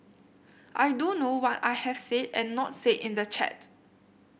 I do know what I have said and not said in the chat